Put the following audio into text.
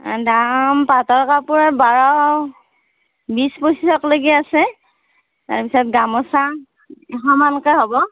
দাম পাটৰ কাপোৰৰ বাৰ বিশ পঁচিছক লৈকে আছে তাৰপিছত গামোচা এশ মানকৈ হ'ব